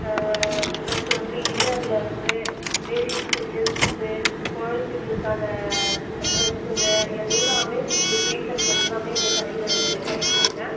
plus வந்து இன்னர்லேருந்து லேடீஸ்ஸுக்கு ஜென்ஸுக்கு குழந்தைகளுக்கான ட்ரெஸ்ஸுங்க எல்லாமே நீங்கள் கேக்கிறது எல்லாமே எங்கள் கடையில் கிடைக்குங்க மேம்